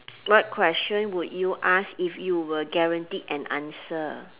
what question would you ask if you were guaranteed an answer